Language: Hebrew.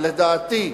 לדעתי,